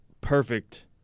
perfect